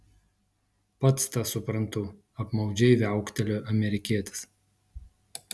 pats tą suprantu apmaudžiai viauktelėjo amerikietis